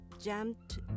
jumped